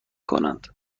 کنند